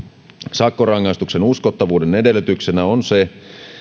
sakkorangaistuksen uskottavuuden edellytyksenä on se